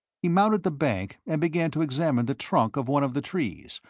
he mounted the bank and began to examine the trunk of one of the trees,